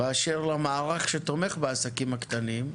באשר למערך שתומך בעסקים הקטנים,